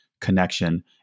Connection